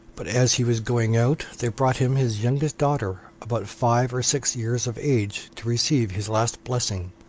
but as he was going out, they brought him his youngest daughter, about five or six years of age, to receive his last blessing.